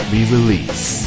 Re-Release